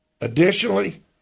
Additionally